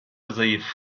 zayıf